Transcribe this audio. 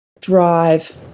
drive